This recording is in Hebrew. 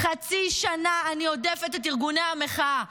חצי שנה אני הודפת את ארגוני המחאה.